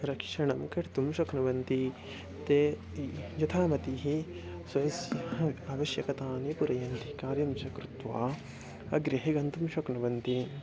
रक्षणं कर्तुं शक्नुवन्ति ते य् यथामति स्वस्य आवश्यकताः पूरयन्ति कार्यं च कृत्वा गृहे गन्तुं शक्नुवन्ति